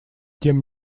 тем